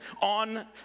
on